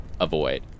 avoid